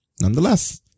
nonetheless